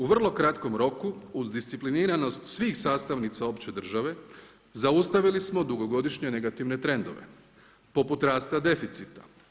U vrlo kratkom roku uz discipliniranost svih sastavnica opće države zaustavili smo dugogodišnje negativne trendove poput rasta deficita.